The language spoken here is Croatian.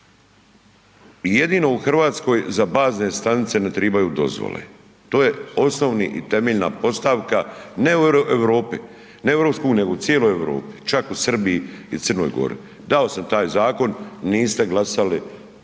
jedino u Hrvatskoj za bazne stanice ne trebaju dozvole. To je osnovni i temeljna postavka, ne u Europi, ne u EU-i, nego u cijeloj Europi, čak u Srbiji i Crnoj Gori. Dao sam taj zakon, niste glasali sa